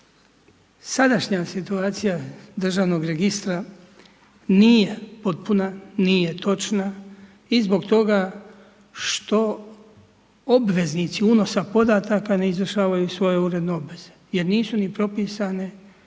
sadašnja situacija državnog registra nije potpuna, nije točna i zbog toga što obveznici unosa podataka ne izvršavaju svoje uredne obveze jer nisu ni propisane